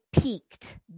peaked